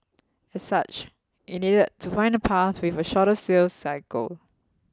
as such it needed to find a path with a shorter sales cycle